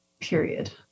period